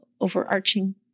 overarching